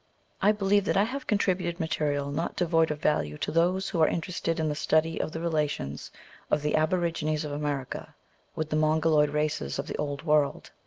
i believe that i have contributed material not devoid of value to those who are interested in the study of the relations of the aborigines of america with the mongoloid races of the old world.